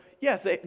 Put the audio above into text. yes